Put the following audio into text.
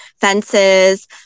fences